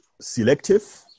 selective